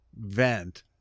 vent